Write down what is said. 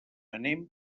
anem